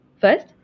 First